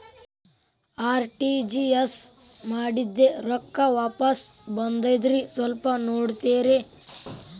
RTGS ಮಾಡಿದ್ದೆ ರೊಕ್ಕ ವಾಪಸ್ ಬಂದದ್ರಿ ಸ್ವಲ್ಪ ನೋಡ್ತೇರ?